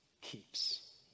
keeps